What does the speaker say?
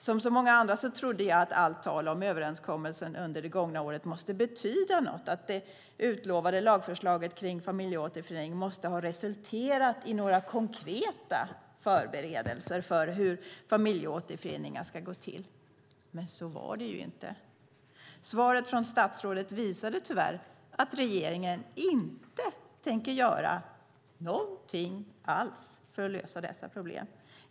Som många andra trodde jag att allt tal om överenskommelsen under det gångna året måste betyda något, att det utlovade lagförslaget om familjeåterförening måste ha resulterat i några konkreta förberedelser för hur familjeåterföreningar ska gå till. Men så var det inte. Svaret från statsrådet visade tyvärr att regeringen inte tänker göra något alls för att lösa dessa problem.